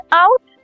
out